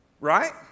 Right